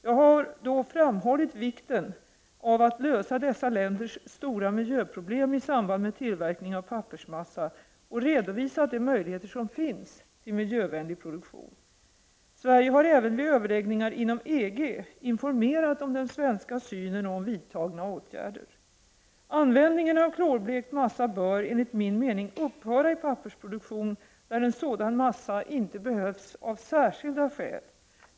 Jag har då framhållit vikten av att lösa dessa länders stora miljöproblem i samband med tillverkning av pappersmassa och redovisat de möjligheter som finns till miljövänlig produktion. Sverige har även vid överläggningar inom EG informerat om den svenska synen och om vidtagna åtgärder. Användningen av klorblekt massa bör, enligt min mening, upphöra i pappersproduktion där sådan massa inte behövs av särskilda skäl.